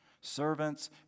Servants